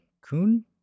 kun